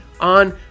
on